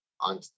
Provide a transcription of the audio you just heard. on